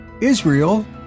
Israel